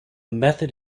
method